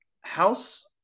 house